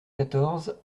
quatorze